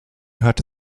hörte